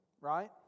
Right